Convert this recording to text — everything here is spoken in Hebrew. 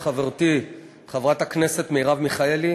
של חברתי חברת הכנסת מרב מיכאלי,